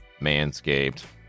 Manscaped